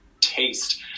taste